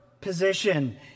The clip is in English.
position